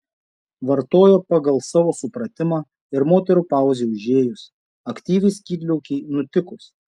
vartojo pagal savo supratimą ir moterų pauzei užėjus aktyviai skydliaukei nutikus